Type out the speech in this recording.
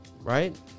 Right